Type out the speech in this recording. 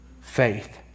faith